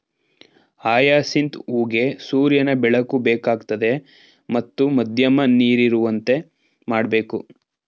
hyacinth ಹೂಗೆ ಸೂರ್ಯನ ಬೆಳಕು ಬೇಕಾಗ್ತದೆ ಮತ್ತು ಮಧ್ಯಮ ನೀರಿರುವಂತೆ ಮಾಡ್ಬೇಕು